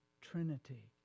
Trinity